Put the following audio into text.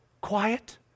quiet